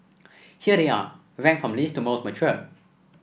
here they are ranked from least to most mature